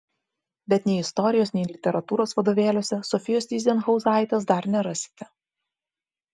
bet nei istorijos nei literatūros vadovėliuose sofijos tyzenhauzaitės dar nerasite